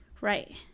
right